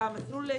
מסלול המחזורים,